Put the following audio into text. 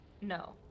No